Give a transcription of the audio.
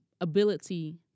ability